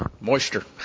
moisture